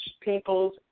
people's